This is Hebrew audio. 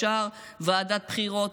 ישר ועדת הבחירות,